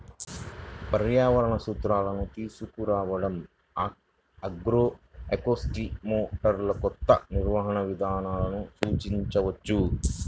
పర్యావరణ సూత్రాలను తీసుకురావడంఆగ్రోఎకోసిస్టమ్లోకొత్త నిర్వహణ విధానాలను సూచించవచ్చు